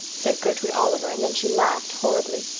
said gertrude oliver and then she laughed horribly.